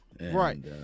Right